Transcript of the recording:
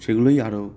সেগুলোই আরও